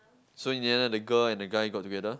so in the end the girl and the guy got together